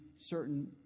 certain